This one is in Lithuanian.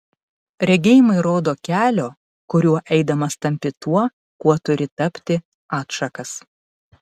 regėjimai rodo kelio kuriuo eidamas tampi tuo kuo turi tapti atšakas